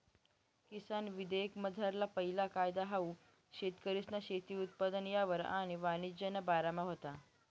किसान विधेयकमझारला पैला कायदा हाऊ शेतकरीसना शेती उत्पादन यापार आणि वाणिज्यना बारामा व्हता